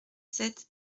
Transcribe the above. sept